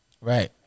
Right